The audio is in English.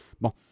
Bon